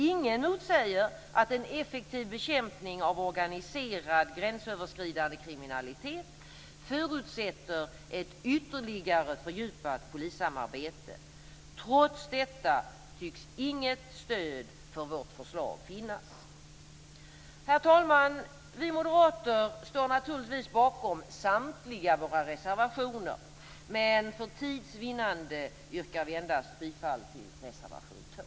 Ingen motsäger att en effektiv bekämpning av organiserad, gränsöverskridande kriminalitet förutsätter ett ytterligare fördjupat polissamarbete. Trots detta tycks inget stöd för vårt förslag finnas. Herr talman! Vi moderater står naturligtvis bakom samtliga våra reservationer. Men för tids vinnande yrkar vi bifall endast till reservation 2.